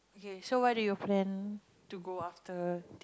okay so why do you plan to go after